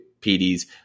pds